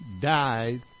died